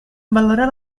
valora